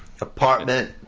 Apartment